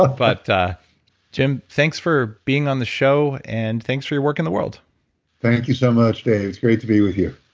ah but jim, thanks for being on the show and thanks for your work in the world thank you so much, dave. it's great to be with you